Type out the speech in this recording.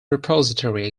repository